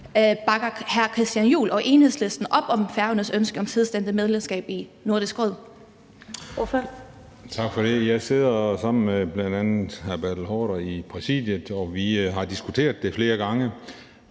Bakker hr. Christian Juhl og Enhedslisten op om Færøernes ønske om selvstændigt medlemskab i Nordisk Råd?